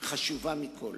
היא חשובה מכול.